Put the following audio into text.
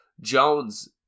Jones